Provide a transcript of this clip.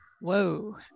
Whoa